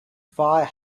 fire